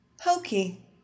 Hokey